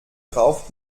darauf